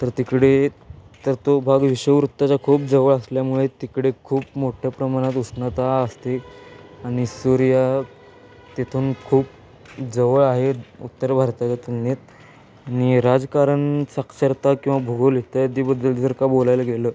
तर तिकडे तर तो भाग विषुववृत्ताच्या खूप जवळ असल्यामुळे तिकडे खूप मोठ्या प्रमाणात उष्णता असते आणि सूर्य तेथून खूप जवळ आहे उत्तर भारताच्या तुलनेत आणि राजकारण साक्षरता किंवा भौगोलिकता इत्यादीबद्दल जर का बोलायला गेलं